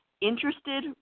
interested